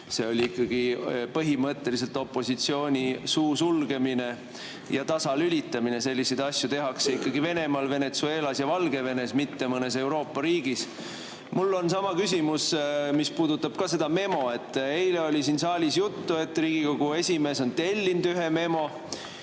See oli põhimõtteliselt opositsiooni suu sulgemine ja tasalülitamine. Selliseid asju tehakse Venemaal, Venezuelas ja Valgevenes, mitte mõnes Euroopa riigis. Mul on sama küsimus, mis puudutab seda memo. Eile oli siin saalis juttu, et Riigikogu esimees on tellinud ühe memo.